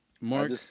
Mark